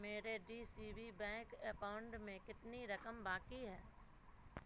میرے D C B bank account میں کتنی رقم باقی ہے